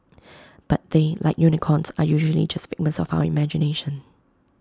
but they like unicorns are usually just figments of our imagination